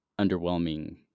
underwhelming